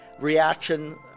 reaction